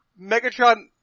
Megatron